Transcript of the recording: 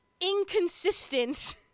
inconsistent